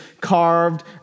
carved